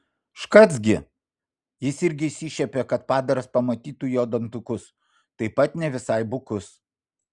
škac gi jis irgi išsišiepė kad padaras pamatytų jo dantukus taip pat ne visai bukus